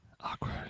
Awkward